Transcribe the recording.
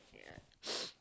yeah